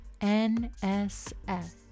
NSF